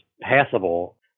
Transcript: passable